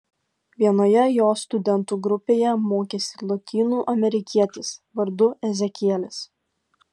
vienoje jo studentų grupėje mokėsi lotynų amerikietis vardu ezekielis